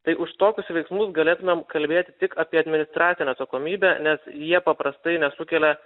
tai už tokius veiksmus galėtumėm kalbėti tik apie administracinę atsakomybę nes jie paprastai nesukelia